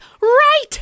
right